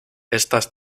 estas